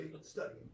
Studying